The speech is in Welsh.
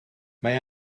mae